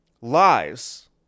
lies